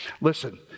Listen